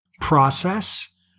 process